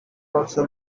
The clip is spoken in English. also